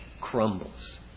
crumbles